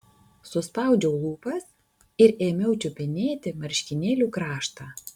suspaudžiau lūpas ir ėmiau čiupinėti marškinėlių kraštą